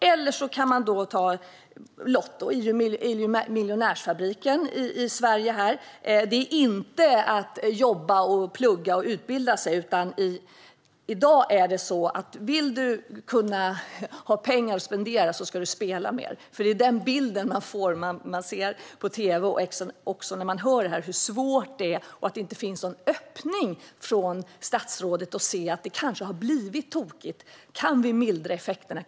Tipset är att ta en lott i miljonärsfabriken i Sverige, inte att jobba, plugga och utbilda sig. Vill du ha pengar att spendera i dag ska du spela mer. Det är den bild man får när man ser på tv och när man hör hur svårt det är. Det finns ingen öppning från statsrådets sida för att se att det kanske har blivit tokigt. Kan vi mildra effekterna?